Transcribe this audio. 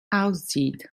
aussieht